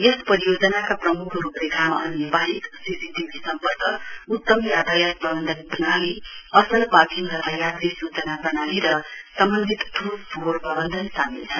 यस परियोजनाका प्रमुख रूपरेखामा अन्य वाहेक सि सि टी भी सम्पर्क उत्तम याताय्त प्रबन्धन प्रणाली असल पार्किङ तथा यात्री सूचना प्रणाली र समन्वित ठोस फोहोर प्रवन्धन सामेल छन्